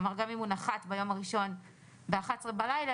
כלומר גם אם הוא נחת ביום הראשון ב-23:00 בלילה,